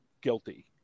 guilty